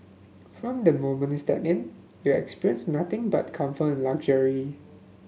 from the moment you step in you experience nothing but comfort and luxury